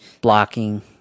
blocking